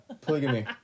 polygamy